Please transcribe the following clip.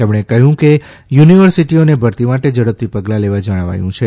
તેમણે કહ્યું કે યુનિવર્સિટીઓને ભરતી માટે ઝડપથી પગલાં લેવા જણાવાયું છે